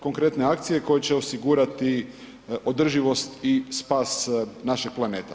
Konkretne akcije koje će osigurati održivost i spas našeg planeta.